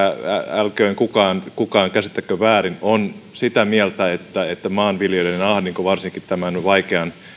älköön kukaan kukaan käsittäkö väärin on sitä mieltä että että maanviljelijöiden ahdinko varsinkin tämän vaikean